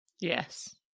yes